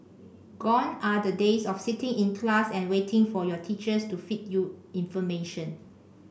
gone are the days of sitting in class and waiting for your teacher to feed you information